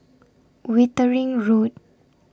Wittering Road